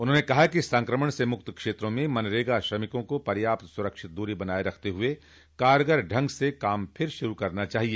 उन्होंने कहा कि संक्रमण से मुक्त क्षेत्रों में मनरेगा श्रमिकों को पर्याप्त सुरक्षित दूरी बनाए रखते हुए कारगर ढंग से काम फिर शुरू करना चाहिए